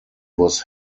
was